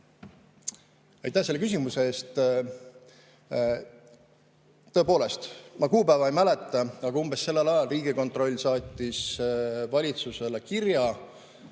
Aitäh selle küsimuse eest! Tõepoolest, ma kuupäeva ei mäleta, aga umbes sellel ajal saatis Riigikontroll valitsusele kirja